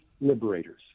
liberators